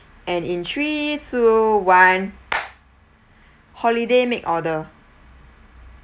and in three two one holiday make order